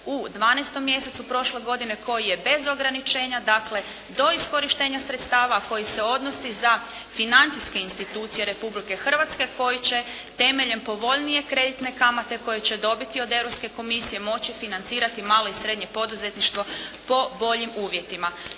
u 12. mjesecu prošle godine koji je bez ograničenja, dakle do iskorištenja sredstava koji se odnosi za financijske institucije Republike Hrvatske koji će temeljem povoljnije kreditne kamate koju će dobiti od Europske komisije moći financirati malo i srednje poduzetništvo po boljim uvjetima.